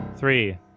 Three